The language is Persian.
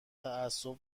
تعصب